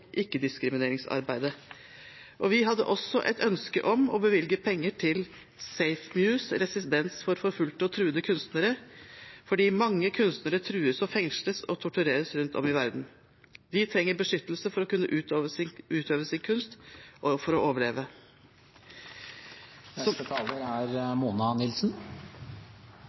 Vi hadde også et ønske om å bevilge penger til Safemuses residens for forfulgte og truede kunstnere, for mange kunstnere trues, fengsles og tortureres rundt om i verden. De trenger beskyttelse for å kunne utøve sin kunst og for å overleve. I dag er